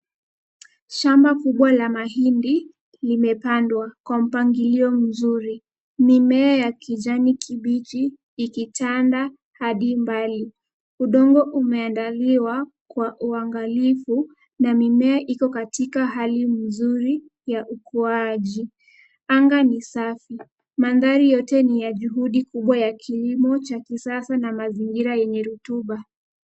Shamba kubwa la mahindi limepandwa kwa mpangilio mzuri mimea ya kijani kibichi ikitanda hadi mbali. Udongo umeandaliwa kwa uangalifu na mimea iko katika hali nzuri ya ukuaji. Anga ni safi. Mandhari yote ni ya juhudi kubwa ya kilimo cha kisasa na mazingira yenye rutuba.